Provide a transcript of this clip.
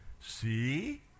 see